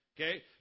okay